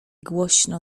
głośno